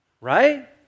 right